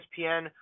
ESPN